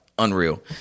unreal